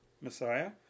Messiah